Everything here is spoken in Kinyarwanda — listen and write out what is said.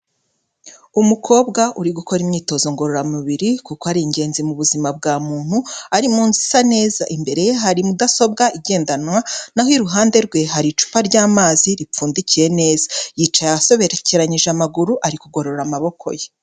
Umukobwa uri gukora imyitozo ngororamubiri kuko ari ingenzi mu buzima bwa muntu, ari munsi isa neza, imbere ye hari mudasobwa igendanwa, naho iruhande rwe hari icupa ry'amazi ripfundikiye neza. Yicaye asobekeranyije amaguru ari kugorora amaboko ye.